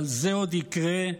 אבל זה עוד יקרה,